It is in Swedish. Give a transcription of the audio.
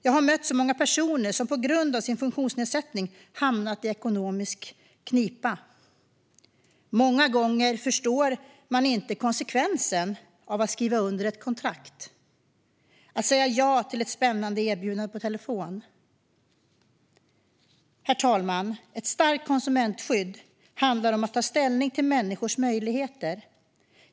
Jag har mött många personer som på grund av sin funktionsnedsättning hamnat i ekonomisk knipa. Många gånger förstår man inte konsekvensen av att skriva under ett kontrakt eller att säga ja till ett spännande erbjudande på telefon. Herr talman! Ett starkt konsumentskydd handlar om att ta ställning till människors möjligheter.